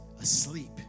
asleep